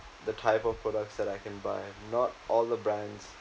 the type of products that I can buy not all the brands